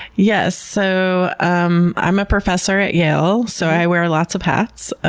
yes, so um i'm a professor at yale, so i wear lots of hats.